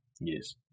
Yes